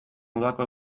udako